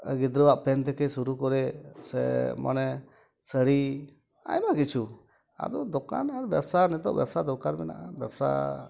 ᱜᱤᱫᱽᱨᱟᱹᱣᱟᱜ ᱯᱮᱱᱴ ᱛᱷᱮᱠᱮ ᱥᱩᱨᱩ ᱠᱚᱨᱮ ᱥᱮ ᱢᱟᱱᱮ ᱥᱟᱹᱲᱤ ᱟᱭᱢᱟ ᱠᱤᱪᱷᱩ ᱟᱫᱚ ᱫᱚᱠᱟᱱ ᱟᱨ ᱵᱮᱵᱥᱟ ᱱᱤᱛᱚᱜ ᱵᱮᱵᱥᱟ ᱫᱚᱨᱠᱟᱨ ᱢᱮᱱᱟᱜᱼᱟ ᱵᱮᱵᱥᱟ